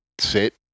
sit